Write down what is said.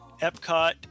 Epcot